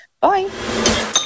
Bye